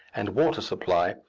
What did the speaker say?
and water supply,